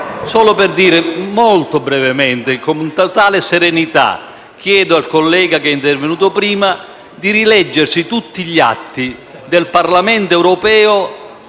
Presidente, molto brevemente e con totale serenità, chiedo al collega che è intervenuto prima di rileggersi tutti gli atti del Parlamento europeo